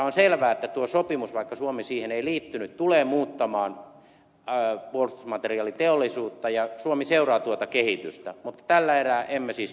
on selvää että tuo sopimus vaikka suomi siihen ei liittynyt tulee muuttamaan puolustusmateriaaliteollisuutta ja suomi seuraa tuota kehitystä mutta tällä erää emme siis liittyneet